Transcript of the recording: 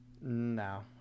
no